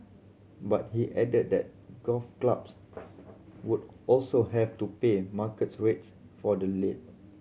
but he added that golf clubs would also have to pay market rates for the lay